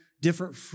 different